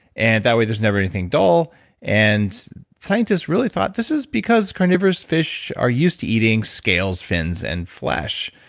and that way, there's never anything dull and scientists really thought this is because carnivorous fish are used to eating scales, fins, and flesh.